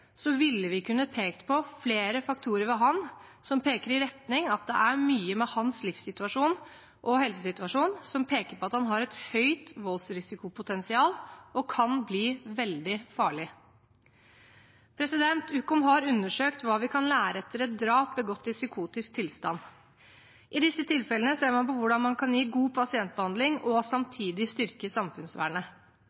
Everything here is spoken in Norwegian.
så ville vi kunne pekt på flere faktorer ved han som peker i retning at det er mye med hans livssituasjon og helsesituasjon som peker på at han har et høyt voldsrisikopotensial og kan bli veldig farlig.» Ukom har undersøkt hva vi kan lære etter et drap begått i psykotisk tilstand. I disse tilfellene ser man på hvordan man kan gi god pasientbehandling og